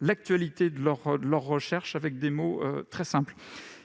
l'actualité de leurs recherches avec des mots très simples.